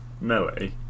melee